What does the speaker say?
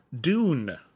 Dune